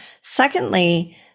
Secondly